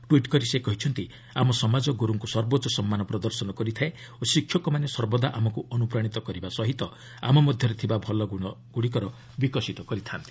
tweet କରି ସେ କହିଛନ୍ତି ଆମ ସମାଜ ଗୁରୁଙ୍କୁ ସର୍ବୋଚ୍ଚ ସମ୍ମାନ ପ୍ରଦର୍ଶନ କରିଥାଏ ଓ ଶିକ୍ଷକମାନେ ସର୍ବଦା ଆମକ୍ର ଅନ୍ତ୍ରପ୍ରାଣିତ କରିବା ସହ ଆମ ମଧ୍ୟରେ ଥିବା ଭଲଗ୍ରଣଗୁଡ଼ିକର ବିକଶିତ କରିଥା'ନ୍ତି